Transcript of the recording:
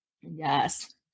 Yes